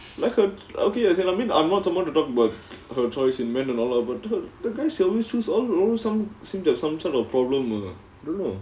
like uh okay as in I mean I'm not someone to talk about her choice in men and all lah but the the guys she always choose all all some seem to have some sort of problem uh don't know